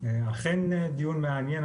אכן דיון מעניין.